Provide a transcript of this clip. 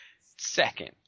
Second